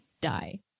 die